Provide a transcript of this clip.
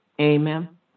Amen